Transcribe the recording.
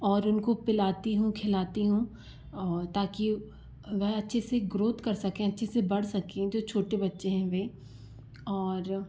और उनको पिलाती हूँ खिलाती हूँ और ताकि वह अच्छे से ग्रोथ कर सके अच्छे से बढ़ सके जो छोटे बच्चे है वे और